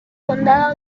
condado